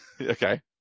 okay